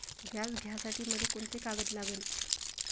व्याज घ्यासाठी मले कोंते कागद लागन?